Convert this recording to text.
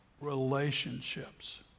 relationships